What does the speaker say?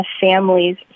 families